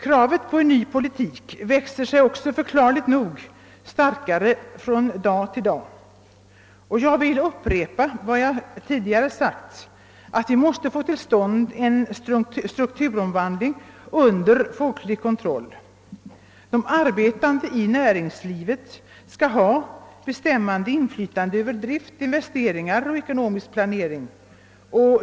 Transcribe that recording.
Kravet på en ny politik växer sig också, förklarligt nog, starkare från dag till dag. Jag vill upprepa vad jag tidigare sagt: Vi måste få till stånd en strukturomvandling under folklig kontroll. De arbetande i näringslivet skall ha bestämmande inflytande över drift, investeringar och ekonomisk planering.